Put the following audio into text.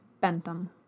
Bentham